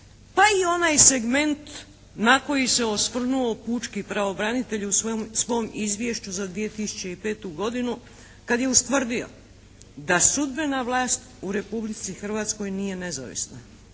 pa i onaj segment na koji se osvrnuo pučki pravobranitelj u svom izvješću za 2005. godinu kad je ustvrdio da sudbena vlast u Republici Hrvatskoj nije nezavisna.